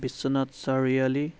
Biswanath Chariali